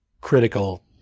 critical